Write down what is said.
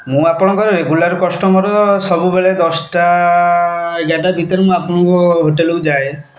ମୁଁ ଆପଣଙ୍କ regular customer ସବୁବେଳେ ଦଶଟା ଏଗାରଟା ଭିତରେ ମୁଁ ଆପଣଙ୍କ ହୋଟେଲକୁ ଯାଏ